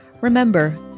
Remember